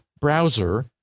browser